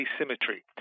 asymmetry